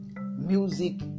music